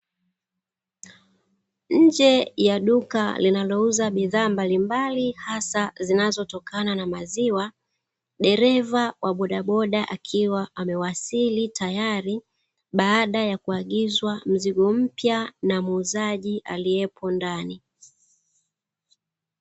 Nje ya duka linalouza bidhaa mbalimbali hasa zinazotokana na maziwa, dereva wa bodaboda akiwa amewasili tayari, baada ya kuagizwa mzigo mpya na muuzaji aliyepo ndani.